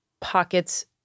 pockets